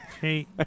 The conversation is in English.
Hey